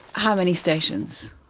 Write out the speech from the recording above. how many stations?